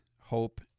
hope